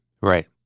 Right